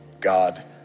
God